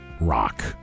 rock